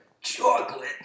Chocolate